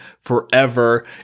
forever